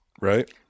right